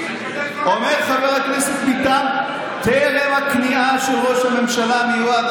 אומר חבר הכנסת ביטן טרם הכניעה של ראש הממשלה המיועד,